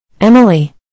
Emily